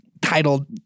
titled